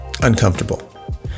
uncomfortable